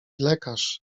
lekarz